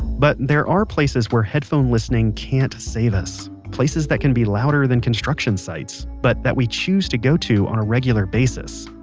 but there are places where headphone listening can't save us. places that can be louder than construction sites, but that we choose to go to on a regular basis.